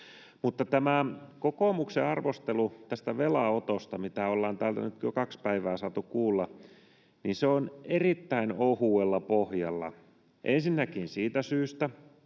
Mutta tämä kokoomuksen arvostelu velanotosta, mitä olemme täällä nyt jo kaksi päivää saaneet kuulla, on erittäin ohuella pohjalla. Ensinnäkin siitä syystä,